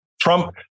Trump